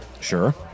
Sure